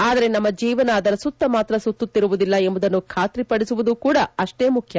ಆದರೆ ನಮ್ನ ಜೀವನ ಅದರ ಸುತ್ತ ಮಾತ್ರ ಸುತ್ತುತ್ತಿರುವುದಿಲ್ಲ ಎಂಬುದನ್ನು ಬಾತ್ರಿ ಪಡಿಸುವುದೂ ಕೂಡ ಅಷ್ಲೇ ಮುಖ್ಯ